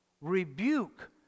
rebuke